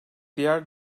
diğer